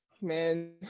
Man